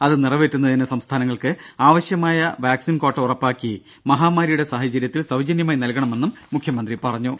അത് നിറവേറ്റുന്നതിന് സംസ്ഥാനങ്ങൾക്ക് ആവശ്യമായ വാക്സിൻ ക്വാട്ട ഉറപ്പാക്കി മഹാമാരിയുടെ സാഹചര്യത്തിൽ സൌജന്യമായി നൽകണമെന്നും മുഖ്യമന്ത്രി പറഞ്ഞു